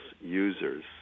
users